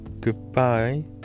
goodbye